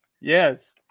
Yes